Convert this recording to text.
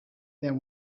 there